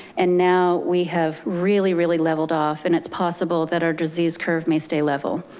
and now we have really, really leveled off, and it's possible that our disease curve may stay level.